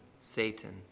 Satan